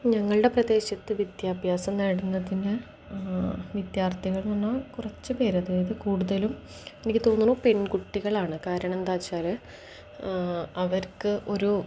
ഞങ്ങളുടെ പ്രദേശത്ത് വിദ്യാഭ്യാസം നേടുന്നതിന് വിദ്യാർത്ഥികളെന്നു പറഞ്ഞാൽ കുറച്ചു പേർ അതായത് കൂടുതലും എനിക്ക് തോന്നുന്നു പെൺകുട്ടികളാണ് കാരണം എന്താ വെച്ചാൽ അവർക്ക് ഒരു